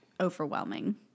overwhelming